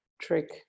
trick